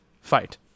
fight